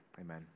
amen